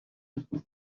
ubu